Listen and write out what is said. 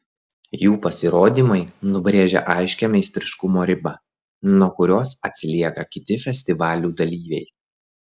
jų pasirodymai nubrėžia aiškią meistriškumo ribą nuo kurios atsilieka kiti festivalių dalyviai